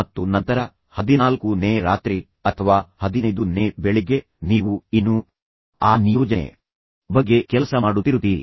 ಮತ್ತು ಹೀಗೆ ಮತ್ತು ನಂತರ 14ನೇ ರಾತ್ರಿ ಅಥವಾ 15ನೇ ಬೆಳಿಗ್ಗೆ ನೀವು ಇನ್ನೂ ಆ ನಿಯೋಜನೆ ಬಗ್ಗೆ ಕೆಲಸ ಮಾಡುತ್ತಿರುತ್ತೀರಿ